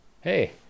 Hey